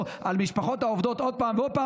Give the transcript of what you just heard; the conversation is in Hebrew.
על המשפחות העובדות עוד פעם ועוד פעם,